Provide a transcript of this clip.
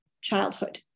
childhood